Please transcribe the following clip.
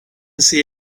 see